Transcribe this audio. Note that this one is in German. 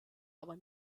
aber